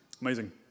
Amazing